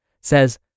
says